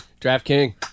DraftKings